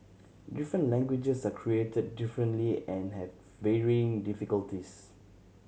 different languages are created differently and have varying difficulties